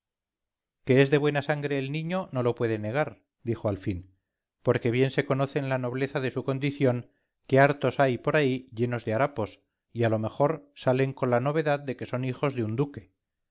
que es de buena sangre el niño no lo puede negar dijo al fin porque bien se conoce en la nobleza de su condición que hartos hay por ahí llenos de harapos y a lo mejor salen con la novedad de que son hijos de un duque